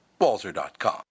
walzer.com